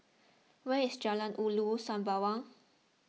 where is Jalan Ulu Sembawang